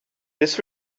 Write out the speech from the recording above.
this